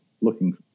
looking